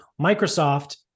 Microsoft